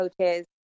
coaches